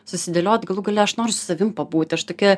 susidėliot galų gale aš noriu su savim pabūti aš tokia